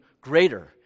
greater